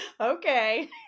okay